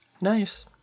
Nice